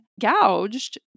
gouged